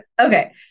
Okay